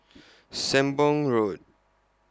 Sembong Road